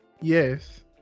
yes